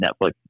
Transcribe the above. Netflix